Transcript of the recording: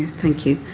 thank you.